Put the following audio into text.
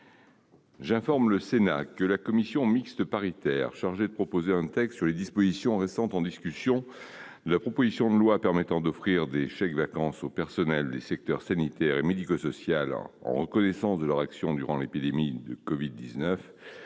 J'informe le Sénat que la commission mixte paritaire chargée de proposer un texte sur les dispositions restant en discussion de la proposition de loi permettant d'offrir des chèques-vacances aux personnels des secteurs sanitaire et médico-social en reconnaissance de leur action durant l'épidémie de covid-19